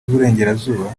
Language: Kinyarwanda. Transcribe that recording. burengerazuba